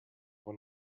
when